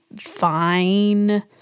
fine